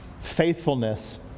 faithfulness